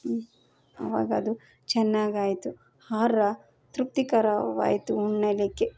ಅವಾಗದು ಚೆನ್ನಾಗಾಯ್ತು ಆಹಾರ ತೃಪ್ತಿಕರವಾಯಿತು ಉಣ್ಣಲಿಕ್ಕೆ